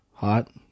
Hot